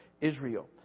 Israel